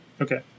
okay